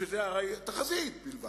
שזה תחזית בלבד,